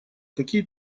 какие